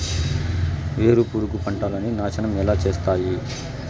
వేరుపురుగు పంటలని నాశనం ఎలా చేస్తాయి?